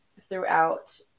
throughout